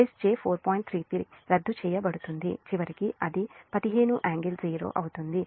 33 రద్దు చేయబడుతుంది చివరికి అది 15 ∟0 అవుతుంది